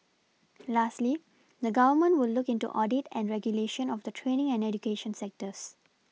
lastly the Government will look into audit and regulation of the training and education sectors